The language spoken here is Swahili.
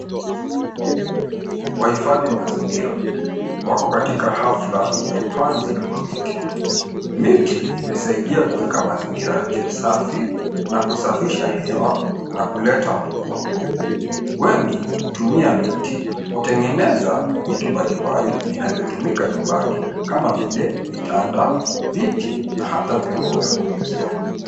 Wahifadhi mazingira, wako katika hafla ya upanzi wa miti. Miti imesaidia kuweka mazingira yakiwa safi na kusafisha hewa, na kuleta mvua. Wengi hutumia miti kutengeneza vitu mbalimbali vinavyotumika nyumbani kama vile vitanda, viti na hata vyombo vya kupikia.